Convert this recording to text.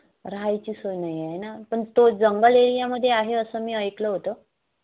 राहायची सोय नाही आहे ना पण तो जंगल एरियामध्ये आहे असं मी ऐकलं होतं